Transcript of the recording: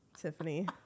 Tiffany